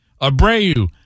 abreu